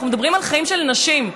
אנחנו מדברים על חיים של אנשים,